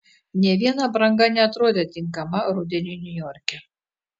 nė vieno apranga neatrodė tinkama rudeniui niujorke